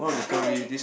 who would you